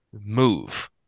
move